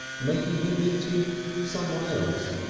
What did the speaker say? making him into someone else,